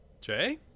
Jay